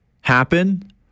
happen